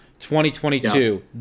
2022